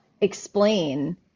explain